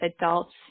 adults